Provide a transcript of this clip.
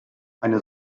eine